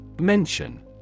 Mention